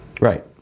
Right